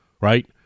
right